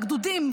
את הגדודים,